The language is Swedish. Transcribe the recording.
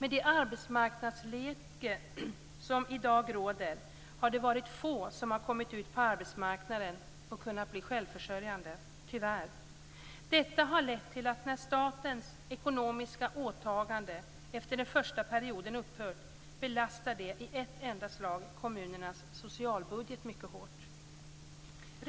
Med det arbetsmarknadsläge som i dag råder har det varit få som har kommit ut på arbetsmarknaden och kunnat bli självförsörjande. Detta har lett till att när statens ekonomiska åtagande efter den första perioden upphört belastar det i ett enda slag kommunernas socialbudget mycket hårt.